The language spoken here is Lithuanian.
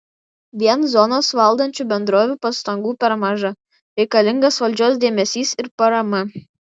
vien zonas valdančių bendrovių pastangų per maža reikalingas valdžios dėmesys ir parama